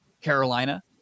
Carolina